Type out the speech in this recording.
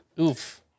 Oof